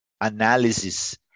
analysis